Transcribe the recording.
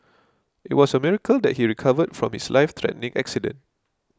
it was a miracle that he recovered from his lifethreatening accident